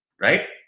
Right